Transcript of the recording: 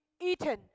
eaten